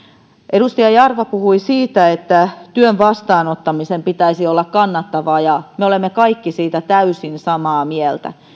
edustaja jarva puhui siitä että työn vastaanottamisen pitäisi olla kannattavaa ja me olemme kaikki siitä täysin samaa mieltä